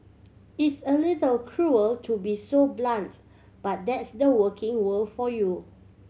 it's a little cruel to be so blunts but that's the working world for you